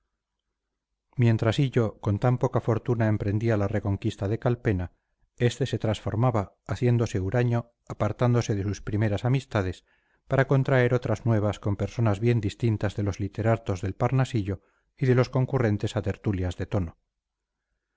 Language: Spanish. mientras hillo con tan poca fortuna emprendía la reconquista de calpena este se transformaba haciéndose huraño apartándose de sus primeras amistades para contraer otras nuevas con personas bien distintas de los literatos del parnasillo y de los concurrentes a tertulias de tono